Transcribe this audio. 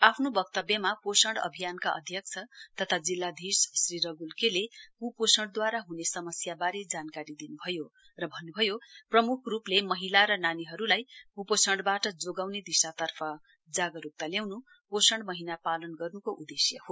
आफ्नो वक्तव्यमा पोषण अभियानका अध्यक्ष तथा जिल्लाधीश श्री रगूल के ले क्पोषण हने समस्याबारे जानकारी दिनुभयो र भन्नुभयो प्रमुख रूपले महिला र नानीहरूलाई क्पोषणबाट जोगाउने दिशातर्फ जागरूकता ल्याउन् पोषण महीनाका पालन गर्नुको उदेश्य हो